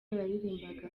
yaririmbaga